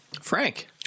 Frank